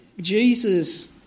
Jesus